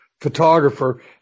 photographer